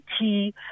tea